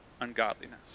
ungodliness